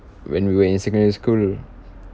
when we were in secondary school